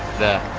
the